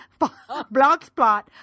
blogspot